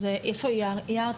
אז אייר,